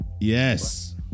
Yes